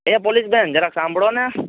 એ police બેન જરાક સાંભળોને